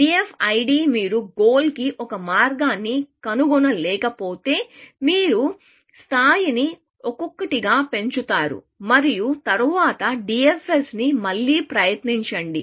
DFID మీరు goal కి ఒక మార్గాన్ని కనుగొనలేకపోతే మీరు స్థాయిని ఒక్కొక్కటిగా పెంచుతారు మరియు తరువాత DFS ని మళ్లీ ప్రయత్నించండి